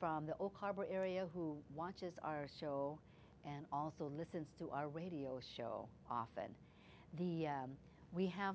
from the oak harbor area who watches our show and also listens to our radio show often the we have